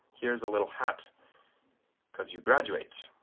here's a little hat because you graduate